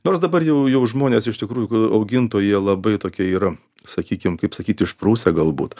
nors dabar jau jau žmonės iš tikrųjų augintojai jie labai tokie yra sakykim kaip sakyt išprusę galbūt